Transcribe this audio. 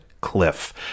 Cliff